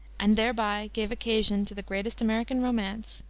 and thereby gave occasion to the greatest american romance,